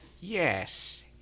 Yes